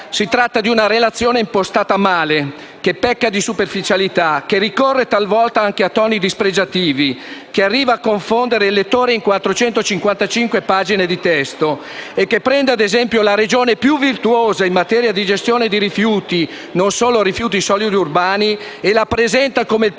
Si tratta di una relazione impostata male, che pecca di superficialità, che ricorre talvolta anche a toni dispregiativi, che arriva a confondere il lettore in 455 pagine di testo e che prende come esempio la Regione più virtuosa in materia di gestione di rifiuti - e non solo rifiuti solidi urbani - e la presenta come il peggior